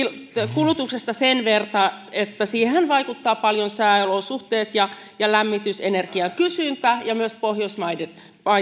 kulutuksesta sen verran että siihenhän vaikuttavat paljon sääolosuhteet ja ja lämmitysenergian kysyntä ja myös pohjoismaiset